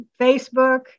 Facebook